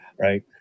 right